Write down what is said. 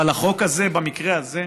אבל החוק הזה, במקרה הזה,